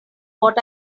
what